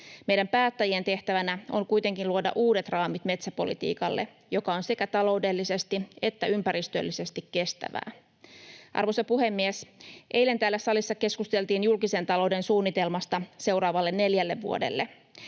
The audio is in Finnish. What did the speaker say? Meidän päättäjien tehtävänä on kuitenkin luoda uudet raamit metsäpolitiikalle, joka on sekä taloudellisesti että ympäristöllisesti kestävää. Arvoisa puhemies! Eilen täällä salissa keskusteltiin julkisen talouden suunnitelmasta seuraavalle neljälle vuodelle.